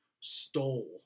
stole